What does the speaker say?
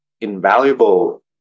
invaluable